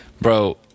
bro